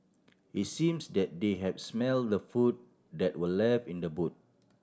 it's seems that they had smelt the food that were left in the boot